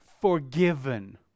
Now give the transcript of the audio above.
forgiven